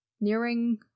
nearing